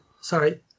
Sorry